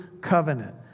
covenant